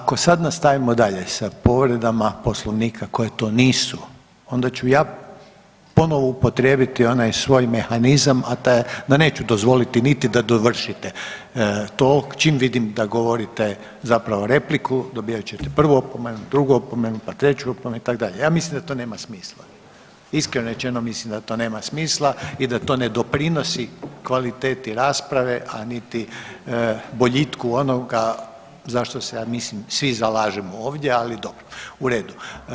Ovako ako sad nastavimo dalje sa povredama poslovnika koje to nisu onda ću ja ponovo upotrijebiti onaj svoj mehanizam, a to je da neću dozvoliti niti da dovršite to čim vidim da govorite zapravo repliku dobivat ćete prvu opomenu, drugu opomenu pa treću opomenu itd., ja mislim da to nema smisla, iskreno rečeno mislim da to nema smisla i da to ne doprinosi kvaliteti rasprave, a niti boljitku onoga zašto se ja mislim svi zalažemo ovdje, ali dobro, u redu.